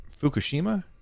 Fukushima